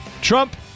Trump